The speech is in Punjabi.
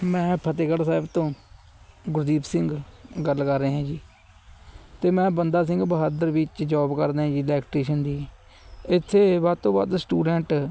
ਮੈਂ ਫਤਿਹਗੜ੍ਹ ਸਾਹਿਬ ਤੋਂ ਗੁਰਦੀਪ ਸਿੰਘ ਗੱਲ ਕਰ ਰਿਹਾ ਜੀ ਅਤੇ ਮੈਂ ਬੰਦਾ ਸਿੰਘ ਬਹਾਦਰ ਵਿੱਚ ਜੋਬ ਕਰਦਾ ਜੀ ਇਲੈਕਟ੍ਰੀਸ਼ਨ ਦੀ ਇੱਥੇ ਵੱਧ ਤੋਂ ਵੱਧ ਸਟੁਡੈਂਟ